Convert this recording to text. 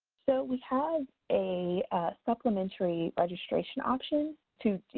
so, we have a supplementary registration option to, you